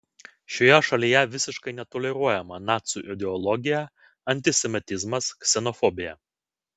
šioje šalyje visiškai netoleruojama nacių ideologija antisemitizmas ksenofobija